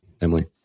Emily